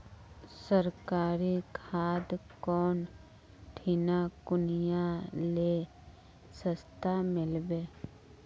सरकारी खाद कौन ठिना कुनियाँ ले सस्ता मीलवे?